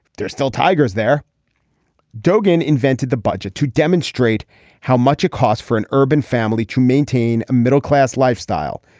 there's still tigers there dogan invented the budget to demonstrate how much it costs for an urban family to maintain a middle class lifestyle.